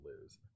lose